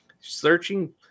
Searching